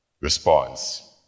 response